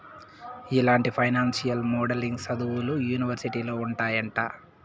ఇలాంటి financial modelling సదువులు యూనివర్సిటీలో ఉంటాయంట